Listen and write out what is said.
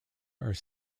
are